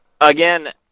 again